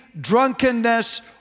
drunkenness